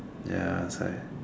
ya that's why